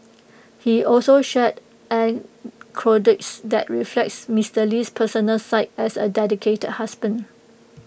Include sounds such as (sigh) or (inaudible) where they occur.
he also shared (unintelligible) that reflects Mister Lee's personal side as A dedicated husband